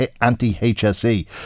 anti-HSE